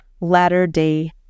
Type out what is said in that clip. latter-day